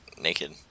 naked